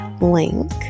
link